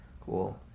Cool